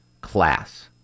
class